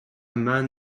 man